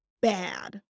bad